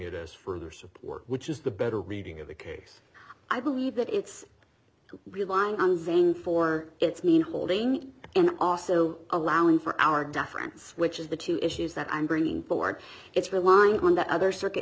it as further support which is the better reading of the case i believe that it's relying on vain for its mean holding and also allowing for our deference which is the two issues that i'm bringing forward it's been long going that other circuit